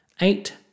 Eight